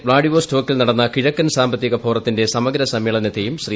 വ്ളാഡിവോസ്റ്റോക്കിൽ നടന്ന കിഴക്കൻ നേരത്തെ സാമ്പത്തിക ഫോറത്തിന്റെസമഗ്ര സമ്മേളനത്തേയും ശ്രീ